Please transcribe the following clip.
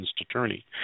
attorney